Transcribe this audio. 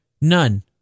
None